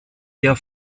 eher